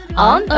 on